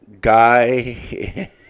Guy